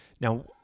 Now